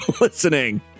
listening